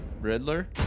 Riddler